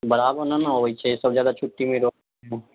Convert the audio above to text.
बराबर नहि ने अबैत छै सभ जादा छुट्टीमे रहैत छै